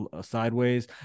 sideways